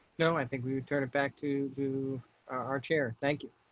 no, i think we would turn it back to do our chair. thank you.